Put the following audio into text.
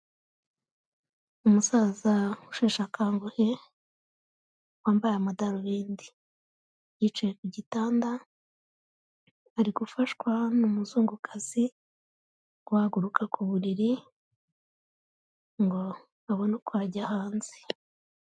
Umusaza usheshe akanguhe, wambaye amadarubindi, yicaye ku gitanda ari gufashwa n'umuzungukazi guhahaguruka ku buriri ngo abone uko ajya hanze.